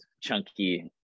chunky